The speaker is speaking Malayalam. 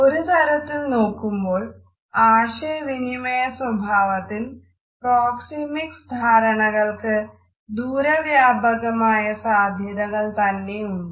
ഒരു തരത്തിൽ നോക്കുമ്പോൾ ആശയവിനിമയ സ്വഭാവത്തിൽ പ്രോക്സെമിക്സ് ധാരണ കൾക്ക് ദൂരവ്യാപകമായ സാധ്യതകൾ തന്നെയുണ്ട്